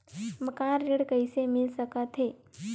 मकान ऋण कइसे मिल सकथे?